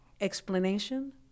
Explanation